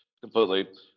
completely